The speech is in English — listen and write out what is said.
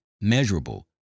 measurable